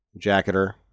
Jacketer